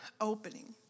opening